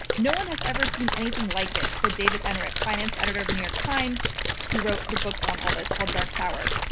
no one has ever seen anything like it. said david enrich, finance editor of the new york times who wrote the book on all this called dark tower.